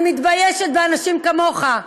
אני מתביישת באנשים כמוך,